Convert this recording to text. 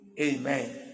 Amen